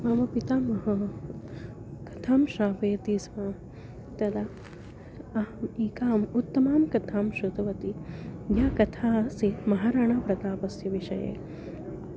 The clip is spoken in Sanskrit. मम पितामहः कथां श्रावयति स्म तदा अहम् एकाम् उत्तमां कथां श्रुतवती या कथा आसीत् महाराणाप्रतापस्य विषये